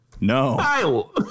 No